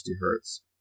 hertz